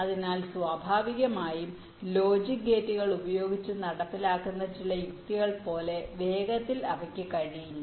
അതിനാൽ സ്വാഭാവികമായും ലോജിക് ഗേറ്റുകൾ ഉപയോഗിച്ച് നടപ്പിലാക്കുന്ന ചില യുക്തികൾ പോലെ വേഗത്തിൽ അവർക്ക് കഴിയില്ല